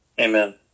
Amen